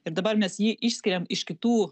ir dabar mes jį išskiriam iš kitų